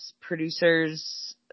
producer's